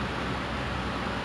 I think like now